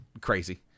crazy